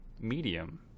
medium